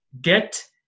Get